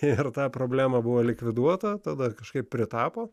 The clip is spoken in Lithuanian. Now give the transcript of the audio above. ir tą problema buvo likviduota tada kažkaip pritapo